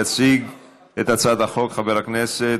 יציג את הצעת החוק חבר הכנסת,